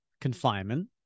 confinement